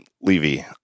Levy –